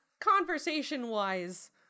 conversation-wise